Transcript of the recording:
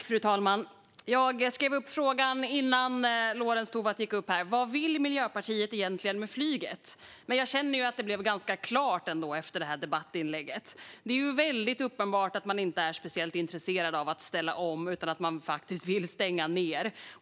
Fru talman! Jag skrev upp en fråga innan Lorentz Tovatt gick upp i talarstolen, nämligen: Vad vill Miljöpartiet egentligen med flyget? Jag känner dock att svaret blev ganska tydligt i och med det här debattinlägget. Det är väldigt uppenbart att man inte är speciellt intresserad av att ställa om utan faktiskt vill stänga ned.